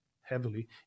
heavily